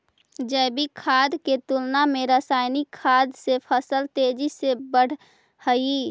जैविक खाद के तुलना में रासायनिक खाद से फसल तेजी से बढ़ऽ हइ